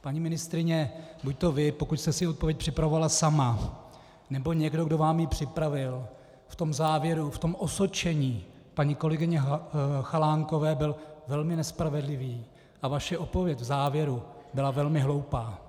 Paní ministryně, buďto vy, pokud jste si odpověď připravovala sama, nebo někdo, kdo vám ji připravil, v tom závěru, v tom osočení paní kolegyně Chalánkové, byl velmi nespravedlivý a vaše odpověď v závěru byla velmi hloupá.